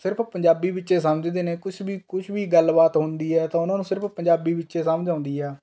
ਸਿਰਫ ਪੰਜਾਬੀ ਵਿੱਚ ਹੀ ਸਮਝਦੇ ਨੇ ਕੁਛ ਵੀ ਕੁਛ ਵੀ ਗੱਲਬਾਤ ਹੁੰਦੀ ਹੈ ਤਾਂ ਉਨ੍ਹਾਂ ਨੂੰ ਸਿਰਫ ਪੰਜਾਬੀ ਵਿੱਚ ਹੀ ਸਮਝ ਆਉਂਦੀ ਹੈ